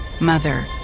Mother